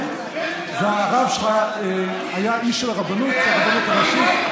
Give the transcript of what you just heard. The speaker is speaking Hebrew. והרב שלך היה מישהו מהרבנות, מהרבנות הראשית?